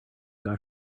got